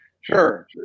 Sure